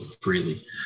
freely